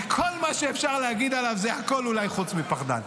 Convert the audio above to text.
מה שאפשר להגיד עליו זה אולי הכול חוץ מפחדן.